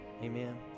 Amen